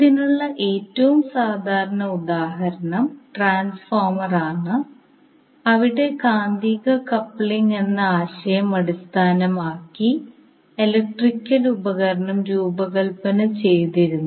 ഇതിനുള്ള ഏറ്റവും സാധാരണ ഉദാഹരണം ട്രാൻസ്ഫോർമർ ആണ് അവിടെ കാന്തിക കപ്ലിംഗ് എന്ന ആശയം അടിസ്ഥാനമാക്കി ഇലക്ട്രിക്കൽ ഉപകരണം രൂപകൽപ്പന ചെയ്തിരിക്കുന്നു